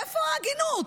איפה ההגינות?